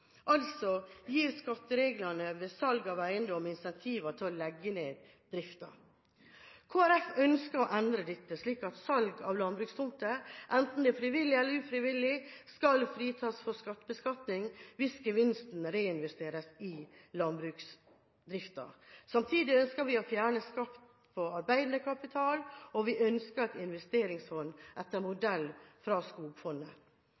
ved salg av eiendom gir altså incentiver til å legge ned driften. Kristelig Folkeparti ønsker å endre dette slik at salg av landbrukstomter, enten det skjer frivillig eller ufrivillig, skal fritas for beskatning hvis gevinsten reinvesteres i landbruksdriften. Samtidig ønsker vi å fjerne skatt på arbeidende kapital, og vi ønsker et investeringsfond etter modell fra skogfondet.